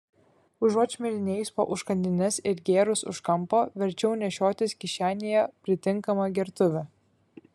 užuot šmirinėjus po užkandines ir gėrus už kampo verčiau nešiotis kišenėje pritinkamą gertuvę